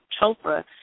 Chopra